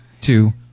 two